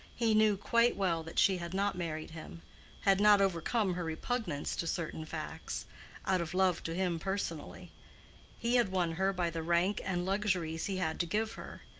he knew quite well that she had not married him had not overcome her repugnance to certain facts out of love to him personally he had won her by the rank and luxuries he had to give her,